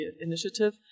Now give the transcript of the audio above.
initiative